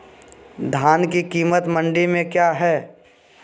धान के कीमत मंडी में क्या है?